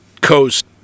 coast